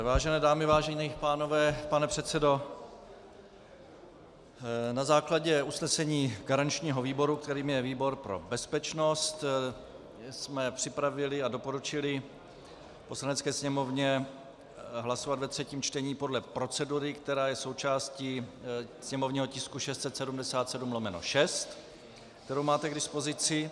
Vážené dámy, vážení pánové, pane předsedo, na základě usnesení garančního výboru, kterým je výbor pro bezpečnost, jsme připravili a doporučili Poslanecké sněmovně hlasovat ve třetím čtení podle procedury, která je součástí sněmovního tisku 677/6, kterou máte k dispozici.